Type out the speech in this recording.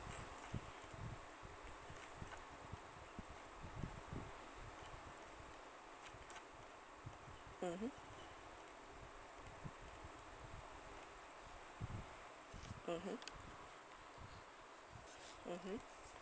mmhmm mmhmm mmhmm